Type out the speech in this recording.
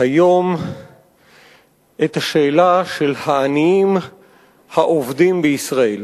היום את השאלה של העניים העובדים בישראל.